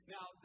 Now